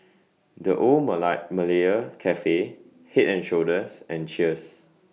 The Old Malaya Cafe Head and Shoulders and Cheers